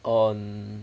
on